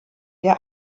der